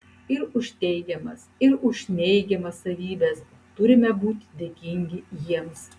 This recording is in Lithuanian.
ir už teigiamas ir už neigiamas savybes turime būti dėkingi jiems